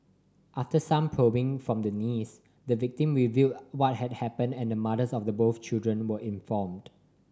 after some probing from the niece the victim revealed what had happened and the mothers of the both children were informed